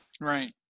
Right